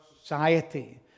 society